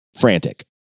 frantic